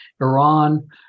Iran